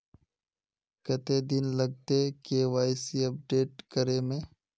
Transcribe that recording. कते दिन लगते के.वाई.सी अपडेट करे में?